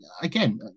again